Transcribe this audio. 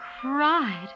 cried